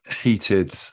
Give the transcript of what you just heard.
heated